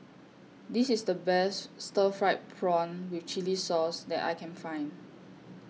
This IS The Best Stir Fried Prawn with Chili Sauce that I Can Find